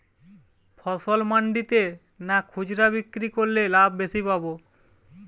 ফসল মন্ডিতে না খুচরা বিক্রি করলে লাভ বেশি পাব?